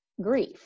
grief